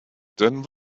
then